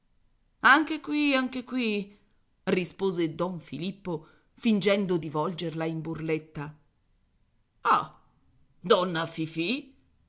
anche qui anche qui rispose don filippo fingendo di volgerla in burletta ah donna fifì